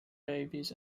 babies